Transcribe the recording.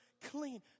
clean